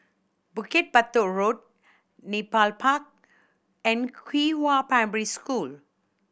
Bukit Batok Road Nepal Park and Qihua Primary School